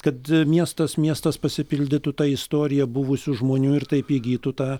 kad miestas miestas pasipildytų ta istorija buvusių žmonių ir taip įgytų tą